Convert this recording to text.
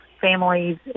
families